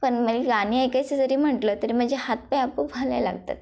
पण मी गाणी ऐकायचं जरी म्हटलं तरी माझे हात पाय आपोआप हलायला लागतात